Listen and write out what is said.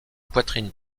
poitrine